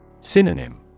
Synonym